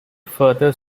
further